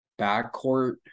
backcourt